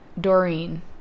Doreen